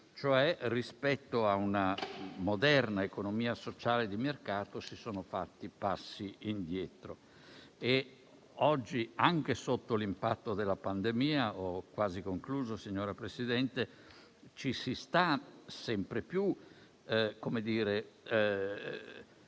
Cioè rispetto a una moderna economia sociale di mercato si sono fatti passi indietro e oggi, anche sotto l'impatto della pandemia - ho quasi concluso, signora Presidente - ci si sta sempre di più